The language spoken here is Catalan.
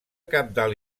cabdal